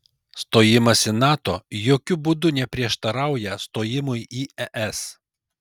stojimas į nato jokiu būdu neprieštarauja stojimui į es